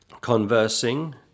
conversing